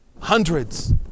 Hundreds